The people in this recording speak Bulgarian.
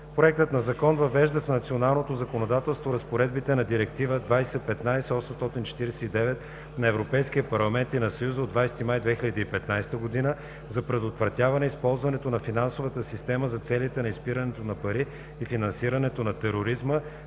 Проектът на закон въвежда в националното законодателство разпоредбите на Директива 2015/849 нa Европейския парламент и на Съвета от 20 май 2015 г. за предотвратяване използването на финансовата система за целите на изпирането на пари и финансирането на тероризма,